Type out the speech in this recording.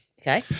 Okay